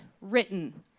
written